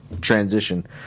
Transition